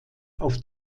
auf